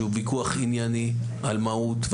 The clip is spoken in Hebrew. שהוא ויכוח ענייני על מהות,